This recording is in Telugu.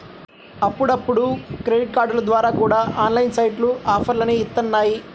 అప్పుడప్పుడు క్రెడిట్ కార్డుల ద్వారా కూడా ఆన్లైన్ సైట్లు ఆఫర్లని ఇత్తన్నాయి